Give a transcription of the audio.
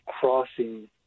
crossing